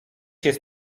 jest